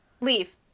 leave